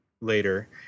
later